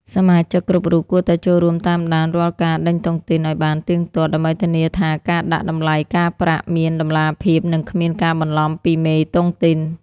សមាជិកគ្រប់រូបគួរតែចូលរួមតាមដានរាល់ការដេញតុងទីនឱ្យបានទៀងទាត់ ដើម្បីធានាថាការដាក់តម្លៃការប្រាក់មានតម្លាភាព និងគ្មានការបន្លំពីមេតុងទីន។